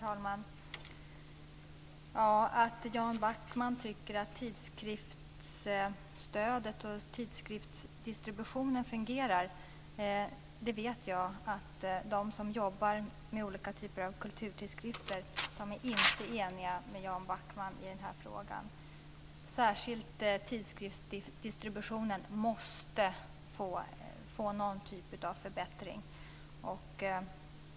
Herr talman! Jan Backman tycker att tidskriftsstödet och tidskriftsdistributionen fungerar. Jag vet att de som jobbar med olika typer av kulturtidskrifter inte är eniga med Jan Backman i den frågan. Särskilt tidskriftsdistributionen måste få någon typ av förbättring.